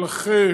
ולכן